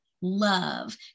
love